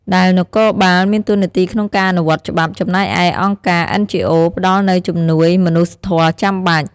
ដែលនគរបាលមានតួនាទីក្នុងការអនុវត្តច្បាប់ ចំណែកឯអង្គការ អិន ជី អូ ផ្តល់នូវជំនួយមនុស្សធម៌ចាំបាច់។